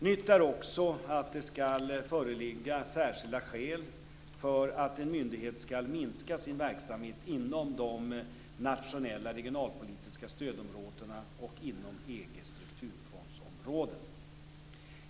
Nytt är också att det skall föreligga särskilda skäl för att en myndighet skall minska sin verksamhet inom de nationella regionalpolitiska stödområdena och inom EG:s strukturfondsområden.